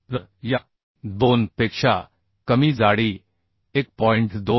तर या 2 पेक्षा कमी जाडी 1